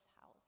house